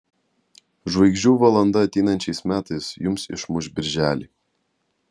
žvaigždžių valanda ateinančiais metais jums išmuš birželį